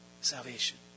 Salvation